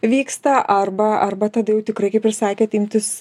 vyksta arba arba tada jau tikrai kaip ir sakėt imtis